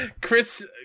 Chris